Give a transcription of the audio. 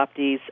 Adoptees